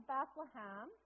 Bethlehem